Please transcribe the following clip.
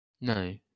No